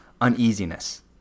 uneasiness